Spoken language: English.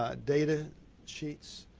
ah data sheets.